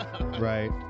Right